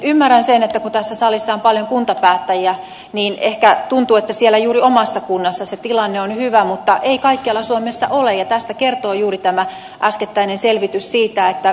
ymmärrän sen että kun tässä salissa on paljon kuntapäättäjiä niin ehkä tuntuu että siellä juuri omassa kunnassa se tilanne on hyvä mutta ei kaikkialla suomessa ole ja tästä kertoo juuri tämä äskettäinen selvitys siitä että